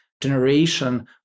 generation